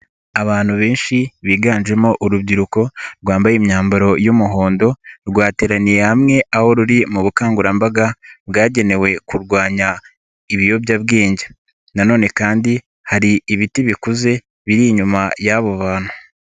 Abantu benshi biganjemo urubyiruko, rwambaye imyambaro y'umuhondo, rwateraniye hamwe aho ruri mu bukangurambaga, bwagenewe kurwanya ibiyobyabwenge na none kandi hari ibiti bikuze biri inyuma y'abo bantu.